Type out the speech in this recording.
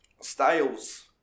Styles